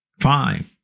fine